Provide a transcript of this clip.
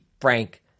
Frank